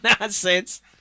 nonsense